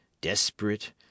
desperate